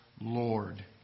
Lord